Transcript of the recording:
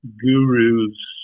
gurus